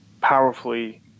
powerfully